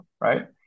right